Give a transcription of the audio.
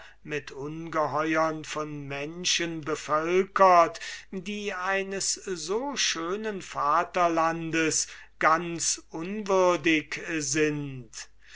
mit ungeheuern von menschen bevölkert die eines so schönen vaterlandes ganz unwürdig sind